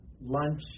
lunch